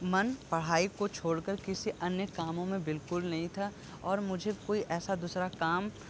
मन पढ़ाई को छोड़कर किसी अन्य कामों मे बिल्कुल नहीं था और मुझे कोई ऐसा दूसरा काम